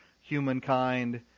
humankind